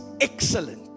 excellent